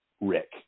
Rick